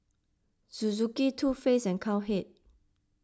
Suzuki Too Faced and Cowhead